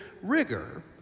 rigor